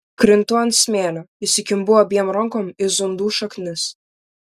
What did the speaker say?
krintu ant smėlio įsikimbu abiem rankom į zundų šaknis